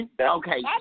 Okay